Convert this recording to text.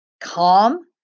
Calm